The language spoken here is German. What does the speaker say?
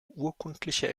urkundliche